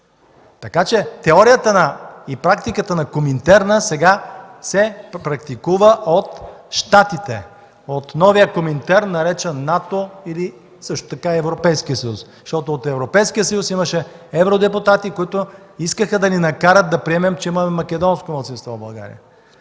щати. Теорията и практиката на Коминтерна сега се практикува от Щатите – от новия Коминтерн, наречен НАТО, или също така и Европейския съюз, защото от Европейския съюз имаше евродепутати, които искаха да ни накарат да приемем, че имаме македонско малцинство в България.